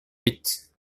huit